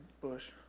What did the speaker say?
bush